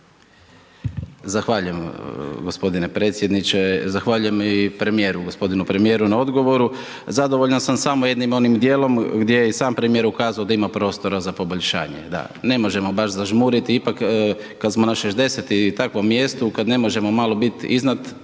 Zahvaljujem g. predsjedniče. Zahvaljujem i premijeru, g. premijeru na odgovoru. Zadovoljan sam samo jednim onim dijelom gdje je i sam premijer ukazao da ima prostora za poboljšanje, da. Ne možemo baš zažmuriti, ipak kad smo na 60 i takvom mjestu, kad ne možemo mali biti iznad,